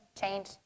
change